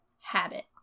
habit